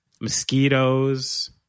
mosquitoes